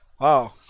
Wow